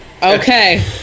okay